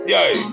Yay